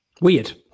Weird